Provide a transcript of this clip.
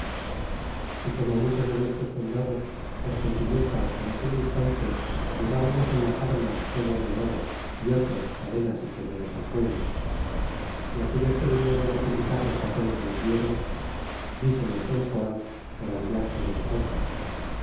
y como muchos de nuestros soldados por gentileza en aquel instante llevábamos en las armas joyas de oro y otros cadenas y collares al cuello y aquellos que venian notificar los papeles les vieron dicen en cempoal maravillarse de nosotros